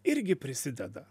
irgi prisideda